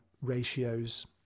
ratios